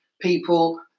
people